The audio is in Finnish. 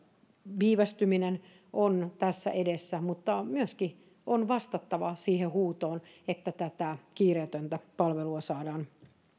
viivästyminen on tässä edessä mutta myöskin on vastattava siihen huutoon että tätä kiireetöntä palvelua saadaan